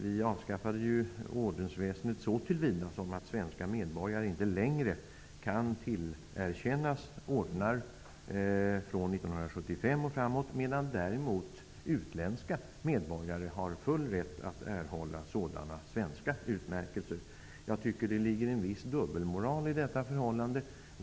Vi avskaffade ordensväsendet så till vida som att svenska medborgare inte längre kan tillerkännas ordnar, från 1975 och framåt, medan däremot utländska medborgare har full rätt att erhålla sådana svenska utmärkelser. Det ligger en viss dubbelmoral i detta förhållande.